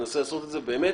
אני אנסה לעשות את זה באמת